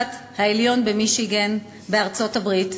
בבית-המשפט העליון במישיגן בארצות-הברית.